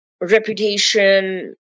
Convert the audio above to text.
reputation